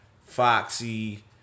Foxy